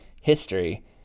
history